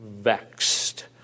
vexed